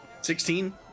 Sixteen